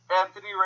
Anthony